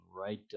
right